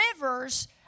rivers